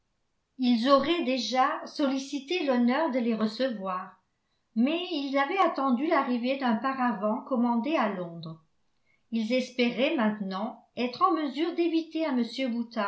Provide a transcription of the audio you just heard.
ils auraient déjà sollicité l'honneur de les recevoir mais ils avaient attendu l'arrivée d'un paravent commandé à londres ils espéraient maintenant être en mesure d'éviter à